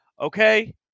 Okay